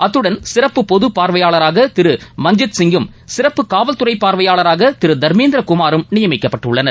அத்துடன் சிறப்பு பொது பார்வையாளராக திரு மஞ்ஜித்சிங்கும் சிறப்பு காவல்துறை பார்வையாளராக திரு தர்மேந்திர குமாரும் நியமிக்கப்பட்டுள்ளனர்